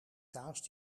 kaas